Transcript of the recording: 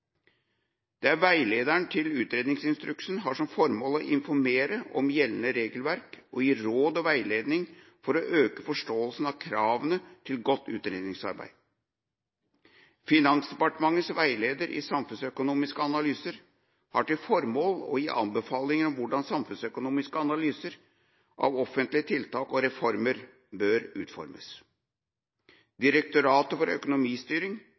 Veilederen til utredningsinstruksen har som formål å informere om gjeldende regelverk og gi råd og veiledning for å øke forståelsen av kravene til godt utredningsarbeid. Finansdepartementets veileder i samfunnsøkonomiske analyser har som formål å gi anbefalinger om hvordan samfunnsøkonomiske analyser av offentlige tiltak og reformer bør utformes. Direktoratet for økonomistyring